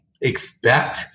expect